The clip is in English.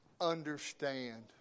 Understand